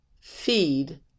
Feed